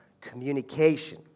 communication